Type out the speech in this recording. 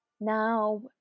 now